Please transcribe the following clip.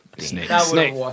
Snake